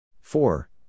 Four